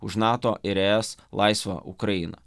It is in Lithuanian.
už nato ir es laisvą ukrainą